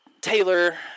Taylor